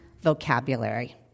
vocabulary